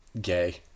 Gay